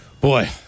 Boy